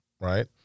right